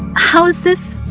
how does this